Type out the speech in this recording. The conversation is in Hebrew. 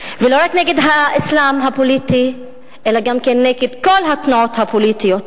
ולא רק נגד האסלאם הפוליטי אלא גם כן נגד כל התנועות הפוליטיות.